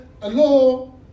hello